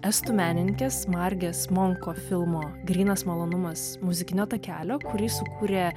estų menininkės margės munko filmo grynas malonumas muzikinio takelio kurį sukūrė